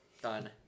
Done